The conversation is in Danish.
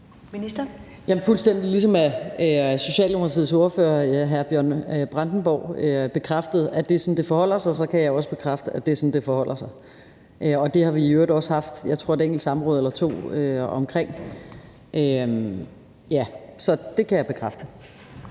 Rosenkrantz-Theil): Ligesom Socialdemokratiets ordfører, hr. Bjørn Brandenborg, bekræftede, at det er sådan, det forholder sig, kan jeg også bekræfte, at det er sådan, det forholder sig. Det har vi i øvrigt også haft, jeg tror et enkelt samråd eller to omkring. Så ja, det kan jeg bekræfte.